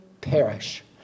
perish